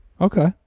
Okay